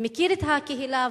ומכיר את הקהילה,